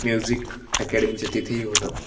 music अॅकॅडमीच्या तिथेही होतं